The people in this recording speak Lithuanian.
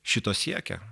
šito siekė